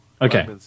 Okay